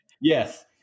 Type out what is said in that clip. Yes